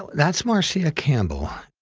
but that's marcia campbell.